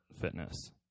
fitness